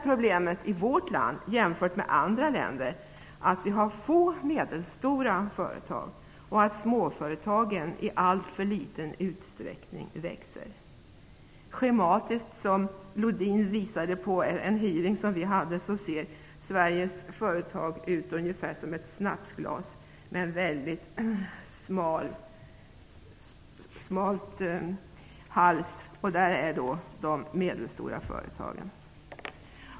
Problemet i vårt land jämfört med andra länder är att vi har få medelstora företag och att småföretagen i alltför liten utsträckning växer. Som Sven-Olof Lodin schematiskt visade på en hearing ser en grafisk figur över Sveriges företag ut ungefär som ett snapsglas, med en mycket smal hals bestående av de medelstora företagen.